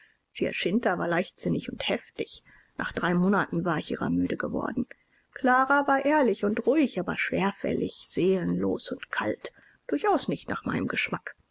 war leichtsinnig und heftig nach drei monaten war ich ihrer müde geworden clara war ehrlich und ruhig aber schwerfällig seelenlos und kalt durchaus nicht nach meinem geschmack